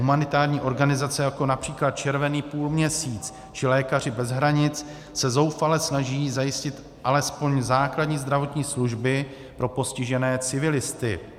Humanitární organizace, jako například Červený půlměsíc či Lékaři bez hranic, se zoufale snaží zajistit alespoň základní zdravotní služby pro postižené civilisty.